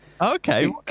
Okay